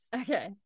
Okay